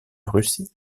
russie